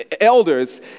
elders